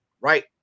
right